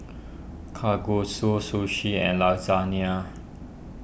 Kalguksu Sushi and Lasagna